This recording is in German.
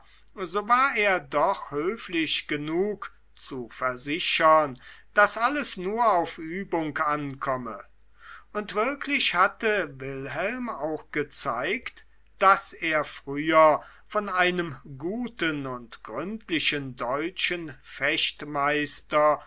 so war er doch höflich genug zu versichern daß alles nur auf übung ankomme und wirklich hatte wilhelm auch gezeigt daß er früher von einem guten und gründlichen deutschen